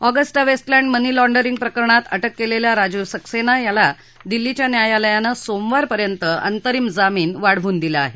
Agusta Westland money laundering प्रकरणात अटक केलेल्या राजीव सक्सेना याला दिल्लीच्या न्यायालयाने सोमवारपर्यंत अंतरिम जामीन वाढवून दिला आहे